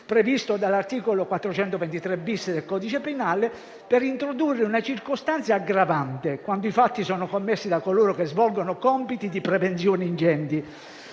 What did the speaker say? previsto dall'articolo 423-*bis* del codice penale, introducendo una circostanza aggravante, quando i fatti sono commessi da coloro che svolgono compiti di prevenzione incendi,